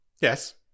Yes